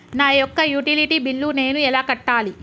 నా యొక్క utility bill నేను ఎలా కట్టాలి?